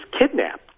kidnapped